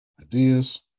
ideas